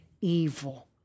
evil